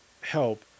help